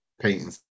paintings